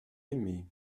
aimé